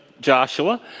Joshua